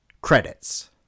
Credits